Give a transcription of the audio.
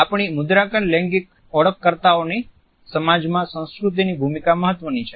આપણી મુદ્રાંકન લૈંગિક ઓળખકર્તાઓની સમાજમાં સંસ્કૃતિની ભૂમિકા મહત્વની છે